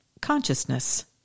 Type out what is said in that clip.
consciousness